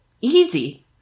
easy